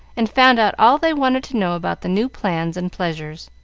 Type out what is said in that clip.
and found out all they wanted to know about the new plans and pleasures.